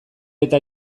eta